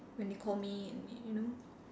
when they call me and you know